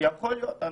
יכול להיות.